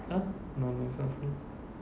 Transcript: !huh! no no such thing